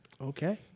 Okay